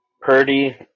Purdy